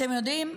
אתם יודעים,